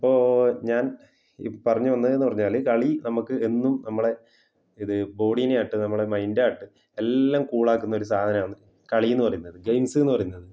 അപ്പോൾ ഞാൻ ഈ പറഞ്ഞ് വന്നതെന്ന് പറഞ്ഞാൽ കളി നമ്മൾക്ക് എന്നും നമ്മളെ ഇത് ബോഡിനെ ആകട്ടെ നമ്മളെ മൈൻ്റ് ആകട്ടെ എല്ലാം കൂളാക്കുന്ന ഒരു സാധനമാണ് കളി എന്ന് പറയുന്നത് ഗെയിംസ് എന്ന് പറയുന്നത്